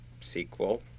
sequel